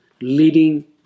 Leading